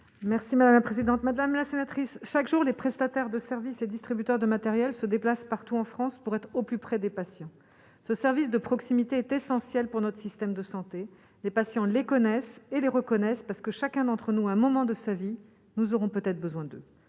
Merci madame la présidente, madame la sénatrice chaque jour les prestataires de services et distributeurs de matériel se déplacent partout en France pour être au plus près des patients, ce service de proximité est essentiel pour notre système de santé, les patients les connaissent et les reconnaisse parce que chacun d'entre nous un moment de sa vie, nous aurons peut-être besoin de